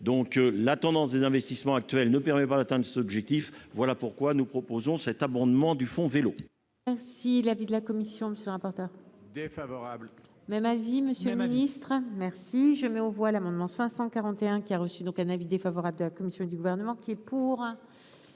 vélo. La tendance des investissements actuels ne permet pas d'atteindre l'objectif fixé : voilà pourquoi nous proposons cet abondement du fonds vélo.